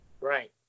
Right